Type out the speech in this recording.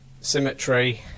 symmetry